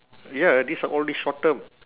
ya these are only short term